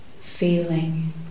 Feeling